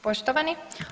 Poštovani.